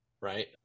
right